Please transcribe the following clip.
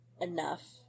enough